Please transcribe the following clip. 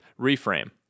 Reframe